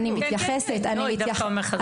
כן, כן, היא דווקא מחזקת.